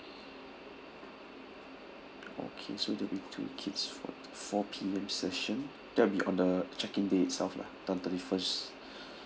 okay so there'll two kids for four P_M session that'll be on the check in day itself lah on thirty first